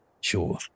sure